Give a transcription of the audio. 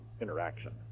interaction